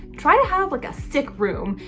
try to have like a sick room.